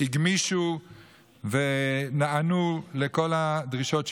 הגמישו ונענו לכל הדרישות שלנו,